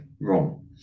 wrong